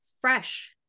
fresh